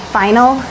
final